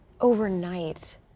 Overnight